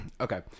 okay